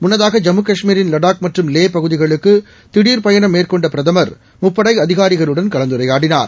முன்னதாக ஜம்மு கஷ்மீரின் லடாக் மற்றும் லபகுதிகளுக்குதிடர் பயணம் மேற்கொண்டபிரதமர் முப்படைஅதிகாரிகளுடன் கலந்துரையாடினார்